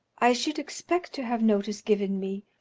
i should expect to have notice given me.